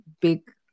big